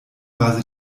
war